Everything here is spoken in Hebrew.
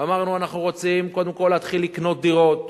אמרנו שאנחנו רוצים קודם כול להתחיל לקנות דירות.